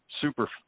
super